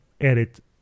edit